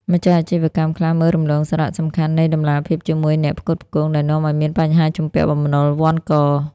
ម្ចាស់អាជីវកម្មខ្លះមើលរំលងសារៈសំខាន់នៃ "តម្លាភាពជាមួយអ្នកផ្គត់ផ្គង់" ដែលនាំឱ្យមានបញ្ហាជំពាក់បំណុលវណ្ឌក។